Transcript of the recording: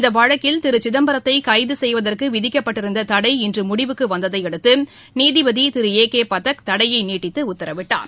இந்த வழக்கில் திரு சிதம்பரத்தை கைது செய்வதற்கு விதிக்கப்பட்டிருந்த தடை இன்று முடிவுக்கு வந்ததையடுத்து நீதிபதி திரு ஏ கே பதக் தடையை நீட்டித்து உத்தரவிட்டார்